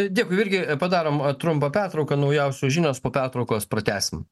dėkui virgi padarom trumpą pertrauką naujausios žinios po pertraukos pratęsim